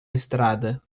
estrada